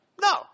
No